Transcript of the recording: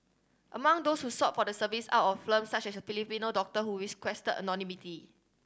among those who sought for the service out of firm such as a Filipino doctor who is requested anonymity